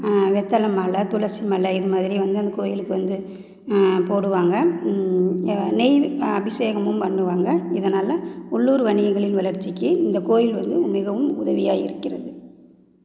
வெத்தலை மாலை துளசி மாலை இதுமாதிரி வந்து அந்த கோயிலுக்கு வந்து போடுவாங்க நெய் அபிஷேகமும் பண்ணுவாங்க இதனால் உள்ளூர் வணிகங்களின் வளர்ச்சிக்கு இந்த கோயில் வந்து மிகவும் உதவியாக இருக்கிறது